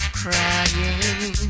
crying